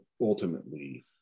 ultimately